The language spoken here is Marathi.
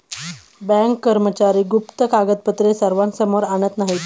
बँक कर्मचारी गुप्त कागदपत्रे सर्वसामान्यांसमोर आणत नाहीत